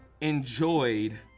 enjoyed